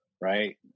right